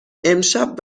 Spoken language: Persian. امشب